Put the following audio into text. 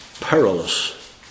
perilous